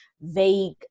vague